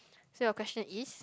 so your question is